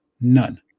None